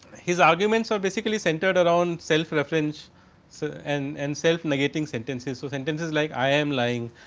his arguments are basically scented around, self-reference so and and self-negating sentences. so, sentences like i am lying